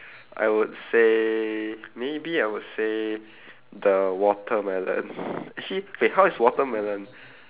I would say maybe I would say the watermelon actually wait how is watermelon